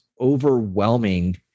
overwhelming